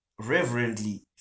reverently